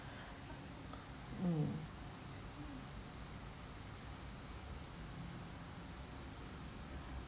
um